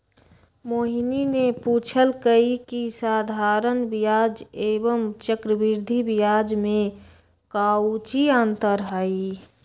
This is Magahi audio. मोहिनी ने पूछल कई की साधारण ब्याज एवं चक्रवृद्धि ब्याज में काऊची अंतर हई?